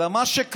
אלא מה שקרה,